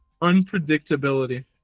unpredictability